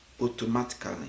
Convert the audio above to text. automatically